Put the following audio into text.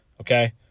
Okay